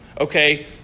Okay